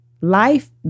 life